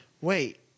Wait